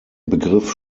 begriff